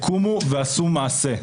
קומו ועשו מעשה.